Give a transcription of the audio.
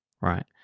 right